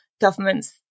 governments